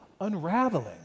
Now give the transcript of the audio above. unraveling